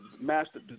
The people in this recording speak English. master